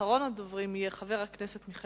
ואחרון הדוברים יהיה חבר הכנסת